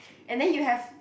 and then you have